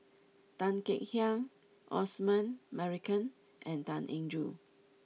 Tan Kek Hiang Osman Merican and Tan Eng Joo